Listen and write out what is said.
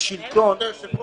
תגיד ליושב ראש.